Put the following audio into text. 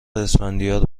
اسفندیار